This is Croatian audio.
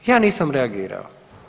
Ja nisam reagirao.